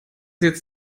jetzt